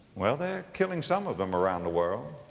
well they are killing some of them around the world.